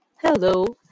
Hello